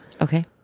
Okay